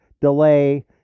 delay